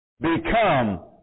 become